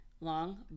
long